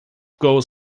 goals